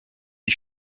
die